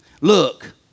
Look